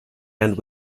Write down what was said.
and